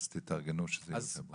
אז תתארגנו שזה יהיה בפברואר.